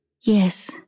Yes